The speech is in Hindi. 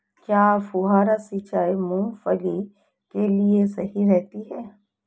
क्या फुहारा सिंचाई मूंगफली के लिए सही रहती है?